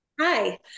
Hi